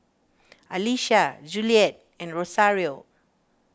Alisha Juliet and Rosario